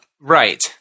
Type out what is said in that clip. Right